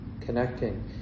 connecting